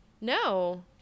No